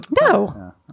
No